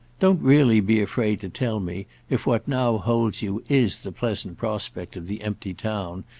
don't really be afraid to tell me if what now holds you is the pleasant prospect of the empty town,